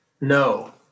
No